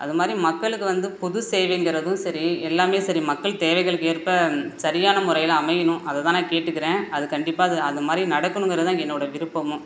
அது மாதிரி மக்களுக்கு வந்து பொது சேவைங்கிறதும் சரி எல்லாமே சரி மக்கள் தேவைகளுக்கு ஏற்ப சரியான முறையில் அமையணும் அதை தான் நான் கேட்டுக்கிறேன் அது கண்டிப்பாக அது அது மாதிரி நடக்கணுங்கிறது தான் என்னோடய விருப்பமும்